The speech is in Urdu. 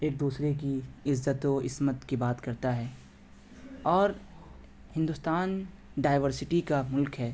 ایک دوسرے کی عزت و عصمت کی بات کرتا ہے اور ہندوستان ڈائورسٹی کا ملک ہے